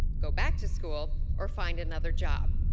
go back to school, or find another job.